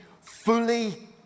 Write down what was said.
fully